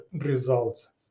results